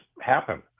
happen